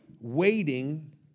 waiting